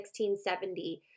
1670